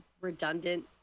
redundant